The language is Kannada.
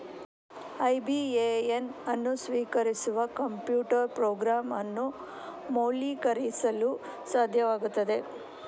ಐ.ಬಿ.ಎ.ಎನ್ ಅನ್ನು ಸ್ವೀಕರಿಸುವ ಕಂಪ್ಯೂಟರ್ ಪ್ರೋಗ್ರಾಂ ಅನ್ನು ಮೌಲ್ಯೀಕರಿಸಲು ಸಾಧ್ಯವಾಗುತ್ತದೆ